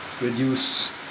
reduce